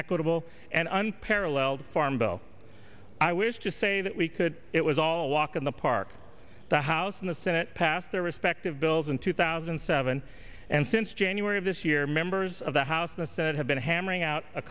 equitable and unparalleled farm bill i wish to say that we could it was all a walk in the park the house and the senate passed their respective bills in two thousand and seven and since january of this year members of the house and senate have been hammering out a